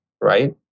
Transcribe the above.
right